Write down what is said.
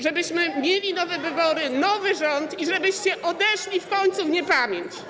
żebyśmy mieli nowe wybory, nowy rząd i żebyście odeszli w końcu w niepamięć.